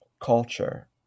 culture